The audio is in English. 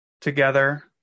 together